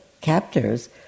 captors